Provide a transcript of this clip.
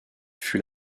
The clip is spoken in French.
fut